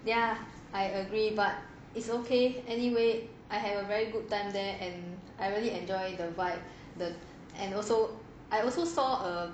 ya I agree but it's okay anyway I have a very good time there and I really enjoy the vibe the and also I also saw a